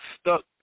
stuck